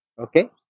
Okay